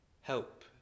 help